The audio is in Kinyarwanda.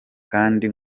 kandi